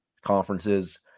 conferences